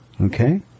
Okay